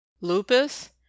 Lupus